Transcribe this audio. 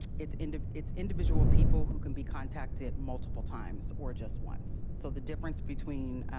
it's kind of it's individual people who could be contacted multiple times or just once. so the difference between